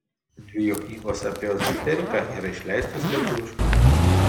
dvi jo knygos apie ezoteriką yra išleistos lietuviškai